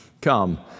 Come